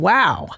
Wow